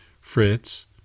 Fritz